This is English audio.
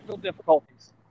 difficulties